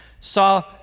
saw